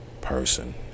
person